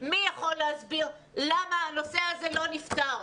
מי יכול להסביר למה הנושא הזה לא נפתר.